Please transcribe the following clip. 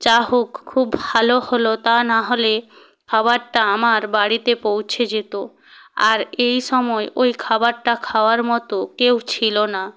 যা হোক খুব ভালো হলো তা নাহলে খাবারটা আমার বাড়িতে পৌঁছে যেত আর এই সময়ে ওই খাবারটা খাওয়ার মতো কেউ ছিলো না